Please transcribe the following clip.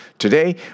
Today